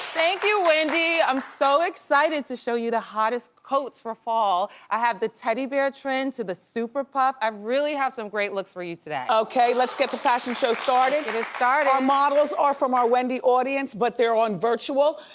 thank you, wendy. i'm so excited to show you the hottest coats for fall. i have the teddy bear trend, to the super puff. i really have some great looks for you today. okay, let's get the fashion show started. get it started. our models are from our wendy audience, but they're on virtual,